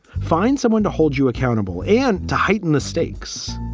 find someone to hold you accountable and to heighten the stakes.